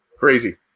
Crazy